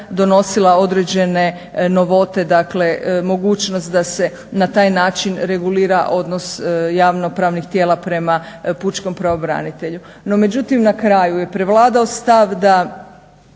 nosila određene novote dakle mogućnost da se na taj način regulira odnos javnopravnih tijela prema pučkom pravobranitelju. No, međutim na kraju je prevladao stav da